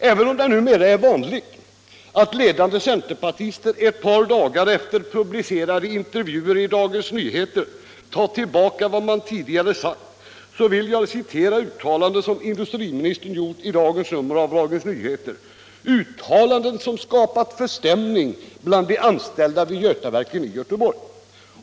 Även om det numera är vanligt att ledande centerpartister ett par dagar efter publicerade intervjuer i Dagens Nyheter tar tillbaka vad man tidigare sagt, vill jag citera uttalanden som industriministern gjort i dagens nummer av Dagens Nyheter — uttalanden som skapat förstämning bland de anställda vid Götaverken i Göteborg.